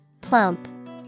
Plump